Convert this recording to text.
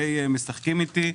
די משחקים איתי.